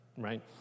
right